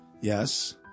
Yes